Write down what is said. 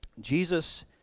Jesus